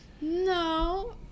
No